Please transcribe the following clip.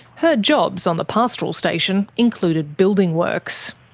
her jobs on the pastoral station included building works.